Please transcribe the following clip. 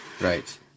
Right